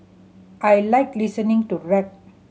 I like listening to rap